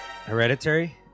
Hereditary